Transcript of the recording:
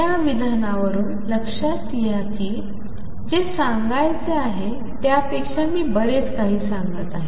या विधानावरुन लक्षात घ्या की जे सांगायचे आहे त्यापेक्षा मी बरेच काही सांगत आहे